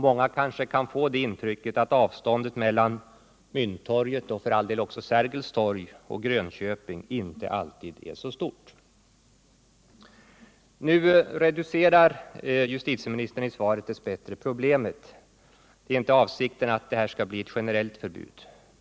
Många kanske kan få intrycket att avståndet mellan Mynttorget — och för all del också Sergels torg — och Grönköping inte alltid är så stort. Dessbättre reducerar justitieministern problemet i svaret — avsikten är inte att det här skall bli ett generellt förbud.